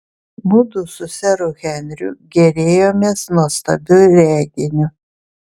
mudu su seru henriu gėrėjomės nuostabiu reginiu